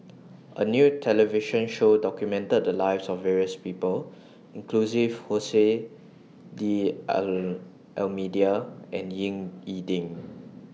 A New television Show documented The Lives of various People including Jose D'almeida and Ying E Ding